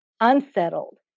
unsettled